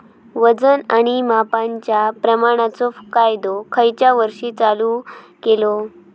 वजन आणि मापांच्या प्रमाणाचो कायदो खयच्या वर्षी चालू केलो?